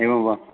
एवं वा